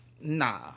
Nah